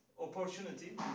Opportunity